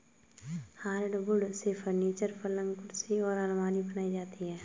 hardwood से फर्नीचर, पलंग कुर्सी और आलमारी बनाई जाती है